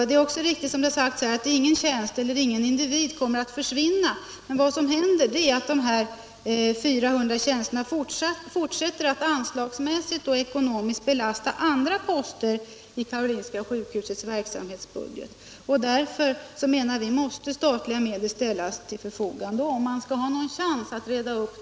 Det är riktigt som det har sagts att ingen tjänst eller ingen individ kommer att försvinna, men vad som händer är att 400 tjänster fortsätter att anslagsmässigt och ekonomiskt belasta andra poster i Karolinska sjukhusets verksamhetsbudget. Därför anser vi att statliga medel måste ställas till förfogande, om man skall ha någon chans att reda upp.